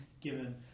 given